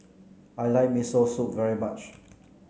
I like Miso Soup very much